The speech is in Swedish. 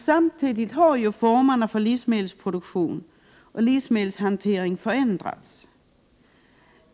Samtidigt har formerna för livsmedelsproduktion och livsmedelshantering förändrats.